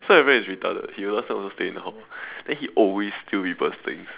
so my friend is retarded he last time also stay in hall then he always steals people's things